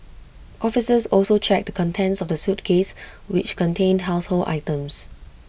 officers also checked the contents of the suitcase which contained household items